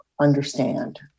understand